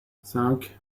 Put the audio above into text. cinq